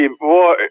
boy